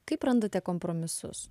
kaip randate kompromisus